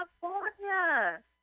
California